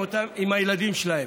עם הילדים שלהם,